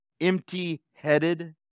Empty-headed